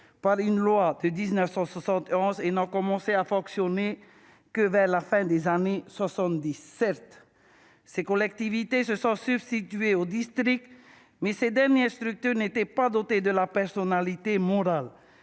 par une loi de 1971 et n'ont commencé à fonctionner que vers la fin des années 1970. Certes, ces collectivités se sont substituées aux districts ; mais ces dernières structures n'étaient pas dotées de la personnalité morale.